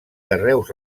carreus